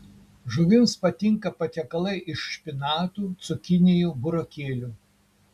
žuvims patinka patiekalai iš špinatų cukinijų burokėlių